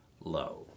low